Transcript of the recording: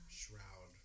shroud